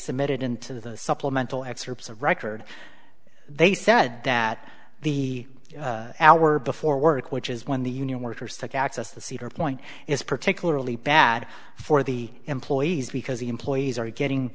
submitted into the supplemental excerpts of record they said that the hour before work which is when the union workers took access the cedar point is particularly bad for the employees because the employees are getting